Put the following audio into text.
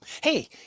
Hey